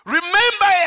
Remember